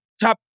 top